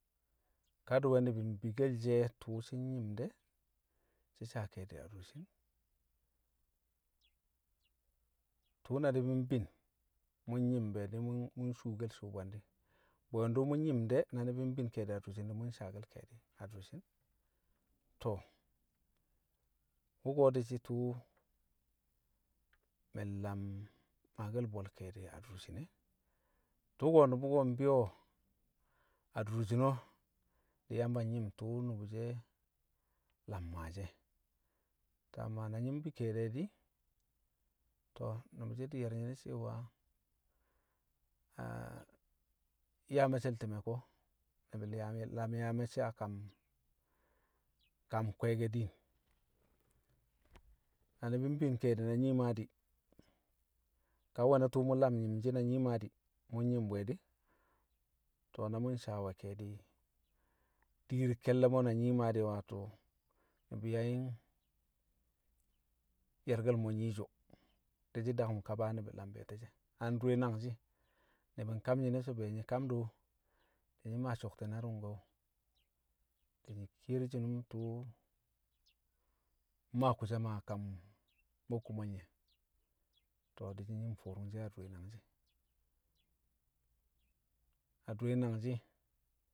kadi̱we̱ ni̱bi̱ mbikkel she̱ tṵṵ shi̱ myi̱m de̱ shi̱ saa ke̱e̱di̱ adurshin. Tṵṵ na ni̱bi̱ mbin mṵ nyi̱m bṵ e̱ di̱, mṵ nshuukel su̱u̱ bwe̱ndi̱, bwe̱ndṵ mṵ nyi̱m de̱ na ni̱bi̱ mbin ke̱e̱di̱ adurshin mṵ nsaake̱l ke̱e̱di̱ adurshin. To̱, wṵko̱ di̱shi̱ tṵṵ mi̱ mlam maake̱l bwe̱l ke̱e̱di̱ adurshin, tṵko̱ nṵbṵ mbi̱yo̱ adurshin o, di̱ Yamba nyi̱m tṵṵ nṵbṵ she̱ lam maashi̱ e̱. To̱, na nyi̱ mbi ke̱e̱di̱ e̱ di̱, to̱ nṵbṵ she̱ di̱ ye̱r nyi̱nẹ so̱ nyaa me̱cce̱l ti̱me̱ ko̱. Ni̱bi̱ di̱ mlam yaa me̱cce̱ a kam kam kwe̱e̱ke̱ diin. Na ni̱bi̱ mbin ke̱e̱di̱ na Nyii Maa di̱, ka nwe̱ na tṵṵ mṵ lam nyi̱mshi̱ na Nyii Maa di̱. mu̱ nyi̱m bu̱ e di̱, to̱ na mṵ nsaawe̱ ke̱e̱di̱ diir ke̱lle̱ mo̱ na Nyii Maa di̱, wato ni̱bi̱ yang ye̱rke̱l mo̱ nyiiso, di̱shi̱ dakṵm kaba ni̱bi̱ lam be̱e̱o̱shi̱ e̱. A ndure nangshi̱ ni̱bi̱ nkam nyi̱ne̱ so̱ be̱e̱ nyi kam do, di̱ nyi̱ maa so̱kote̱ na ru̱ngko̱, di̱ nyi̱ kiyer shi̱nu̱m tṵṵ mmaa kusam a kam bokkumel nye̱, to̱ dishi nyi mfu̱u̱ru̱ngshi̱ adre nangshi̱. Adure nangshi̱.